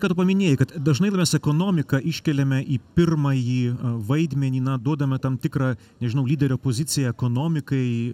ką tu paminėjai kad dažnai ekonomiką iškeliame į pirmąjį vaidmenį na duodame tam tikrą nežinau lyderio poziciją ekonomikai